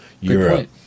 europe